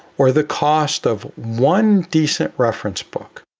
or the cost of one decent reference book,